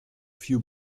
few